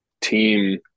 team